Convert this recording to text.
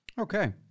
Okay